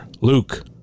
Luke